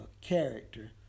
character